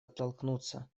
оттолкнуться